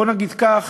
בוא נגיד כך,